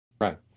Right